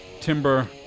Timber